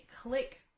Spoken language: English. click